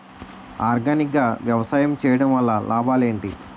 Organic గా వ్యవసాయం చేయడం వల్ల లాభాలు ఏంటి?